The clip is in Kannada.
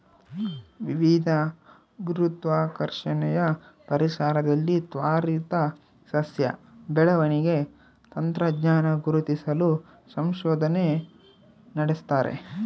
ವಿವಿಧ ಗುರುತ್ವಾಕರ್ಷಣೆಯ ಪರಿಸರದಲ್ಲಿ ತ್ವರಿತ ಸಸ್ಯ ಬೆಳವಣಿಗೆ ತಂತ್ರಜ್ಞಾನ ಗುರುತಿಸಲು ಸಂಶೋಧನೆ ನಡೆಸ್ತಾರೆ